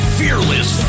fearless